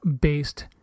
based